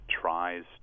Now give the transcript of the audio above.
tries